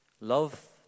love